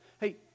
Hey